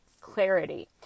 clarity